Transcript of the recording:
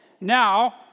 Now